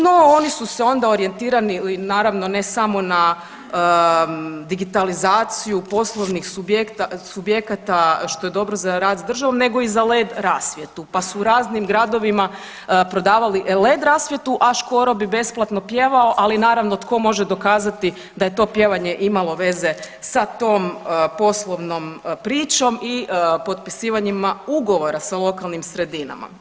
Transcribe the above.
No, oni su se onda orijentirali naravno ne samo na digitalizaciju poslovnih subjekata što je dobro za rad s državom nego i za led rasvjetu, pa su raznim gradovima prodavali led rasvjetu, a Škoro bi besplatno pjevao, ali naravno tko može dokazati da je to pjevanje imalo veze sa tom poslovnom pričom i potpisivanjima ugovora sa lokalnim sredinama.